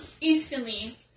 instantly